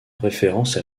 référence